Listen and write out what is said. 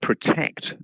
protect